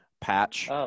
patch